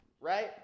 right